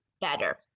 better